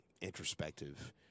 introspective